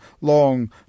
long